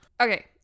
Okay